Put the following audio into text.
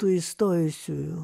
tų įstojusiųjų